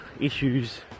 issues